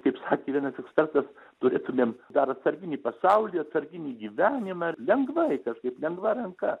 kaip sakė vienas ekspertas turėtumėm dar atsarginį pasaulį atsarginį gyvenimą lengvai kažkaip lengva ranka